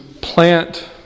plant